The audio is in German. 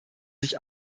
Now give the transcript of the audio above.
sich